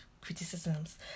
criticisms